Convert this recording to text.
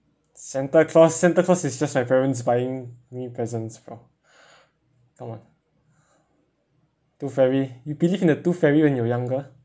santa claus santa claus is just my parents buying me presents for someone tooth fairy you believe in the tooth fairy when you were younger